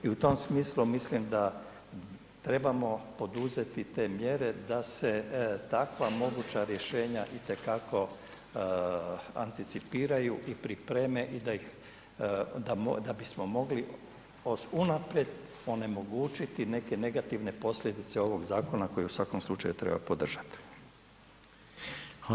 I u tom smislu mislim da trebamo poduzeti te mjere da se takva moguća rješenja i te kako anticipiraju i pripreme i da ih, da bismo mogli unaprijed onemogućiti neke negativne posljedice ovog zakona koji u svakom slučaju treba podržati.